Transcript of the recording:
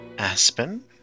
Aspen